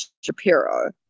Shapiro